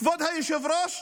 כבוד היושב-ראש,